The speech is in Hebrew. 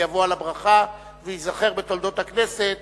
ויבוא על הברכה וייזכר בתולדות הכנסת